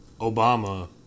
Obama